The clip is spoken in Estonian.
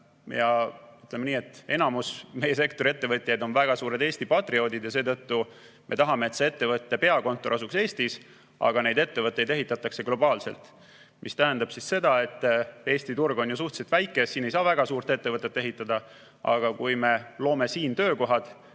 et enamik meie sektori ettevõtjaid on väga suured Eesti patrioodid. Seetõttu me tahame, et ettevõtte peakontor asuks Eestis, aga ettevõtteid ehitatakse globaalselt. See tähendab seda, et Eesti turg on suhteliselt väike ja siin ei saa väga suurt ettevõtet ehitada, aga kui me loome siin